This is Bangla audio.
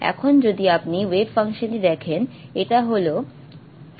এখন যদি আপনি ওয়েভ ফাংশনটি দেখেন এটা হল n 1 n 2